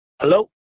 Hello